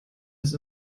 ist